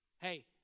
Hey